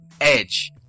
Edge